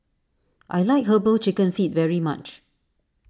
I like Herbal Chicken Feet very much